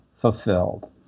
fulfilled